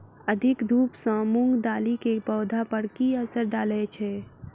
अधिक धूप सँ मूंग दालि केँ पौधा पर की असर डालय छै?